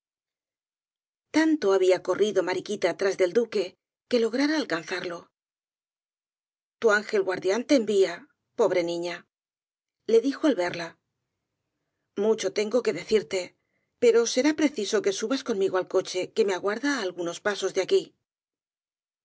tanto había corrido mariquita tras del duque que lograra alcanzarlo tu ángel guardián te envía pobre niña le dijo al verla mucho tengo que decirte pero será preciso que subas conmigo al coche que me aguarda á algunos pasos de aquí